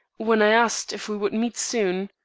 when i asked if we would meet soon.